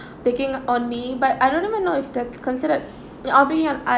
picking on me but I don't even know if that considered obv~ I'm